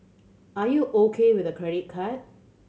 are you O K with a credit card